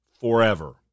forever